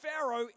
Pharaoh